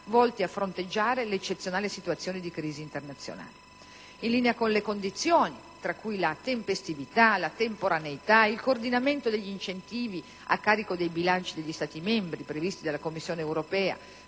volti a fronteggiare l'eccezionale situazione di crisi internazionale. In linea con le condizioni - tra cui la tempestività, la temporaneità ed il coordinamento degli incentivi a carico dei bilanci degli Stati membri - previste dalla Commissione europea